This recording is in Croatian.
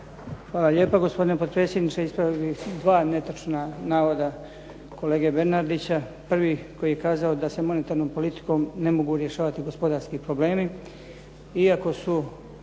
Hvala lijepa, gospodine potpredsjedniče. Ispravio bih dva netočna navoda kolege Bernardića. Prvi, koji je kazao da se monetarnom politikom ne mogu rješavati gospodarski problemi iako su